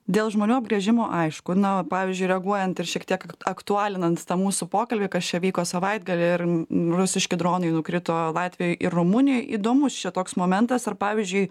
dėl žmonių apgręžimo aišku nao pavyzdžiui reaguojant ir šiek tiek aktualinant tą mūsų pokalbį kas čia vyko savaitgalįir rusiški dronai nukrito latvijoj ir rumunijoj įdomus čia toks momentas ar pavyzdžiui